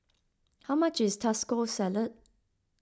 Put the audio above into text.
how much is Taco Salad